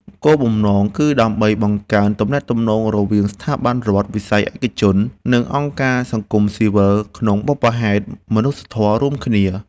គោលបំណងគឺដើម្បីបង្កើនទំនាក់ទំនងរវាងស្ថាប័នរដ្ឋ វិស័យឯកជន និងអង្គការសង្គមស៊ីវិលក្នុងបុព្វហេតុមនុស្សធម៌រួមគ្នា។